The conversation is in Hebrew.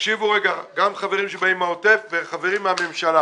תקשיבו החברים שבאים מהעוטף והחברים מהממשלה